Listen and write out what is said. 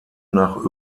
nach